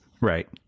Right